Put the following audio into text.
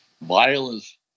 violence